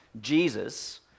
Jesus